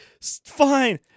Fine